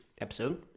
episode